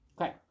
Okay